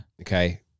okay